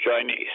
Chinese